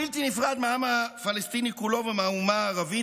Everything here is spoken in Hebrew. בלתי נפרד מהעם הפלסטיני כולו ומהאומה הערבית,